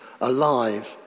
alive